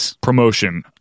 promotion